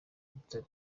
butare